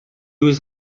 was